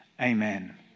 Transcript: Amen